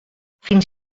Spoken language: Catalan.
fins